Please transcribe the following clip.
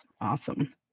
awesome